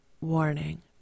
warning